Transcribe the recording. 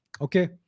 Okay